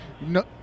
No